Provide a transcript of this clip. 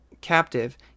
captive